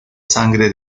sangre